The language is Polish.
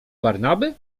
barnaby